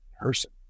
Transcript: person